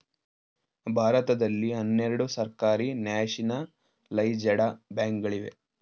ಭಾರತದಲ್ಲಿ ಹನ್ನೆರಡು ಸರ್ಕಾರಿ ನ್ಯಾಷನಲೈಜಡ ಬ್ಯಾಂಕ್ ಗಳಿವೆ